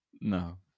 No